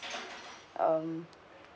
um